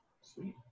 Sweet